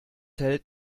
hält